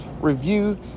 review